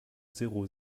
zéro